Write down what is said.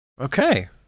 Okay